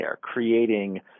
creating